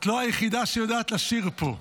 את לא היחידה שיודעת לשיר פה.